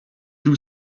two